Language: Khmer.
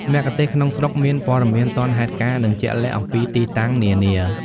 មគ្គុទ្ទេសក៍ក្នុងស្រុកមាន ព័ត៌មានទាន់ហេតុការណ៍ និងជាក់លាក់ អំពីទីតាំងនានា។